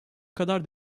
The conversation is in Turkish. kadar